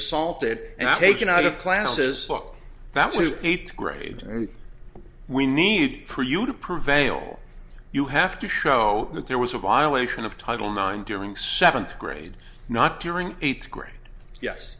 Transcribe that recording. assaulted and taken out of classes book that was eight grade and we need for you to prevail you have to show that there was a violation of title nine during seventh grade not during eighth grade yes